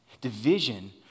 Division